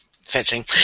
Fetching